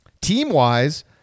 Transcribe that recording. team-wise